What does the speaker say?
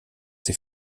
sie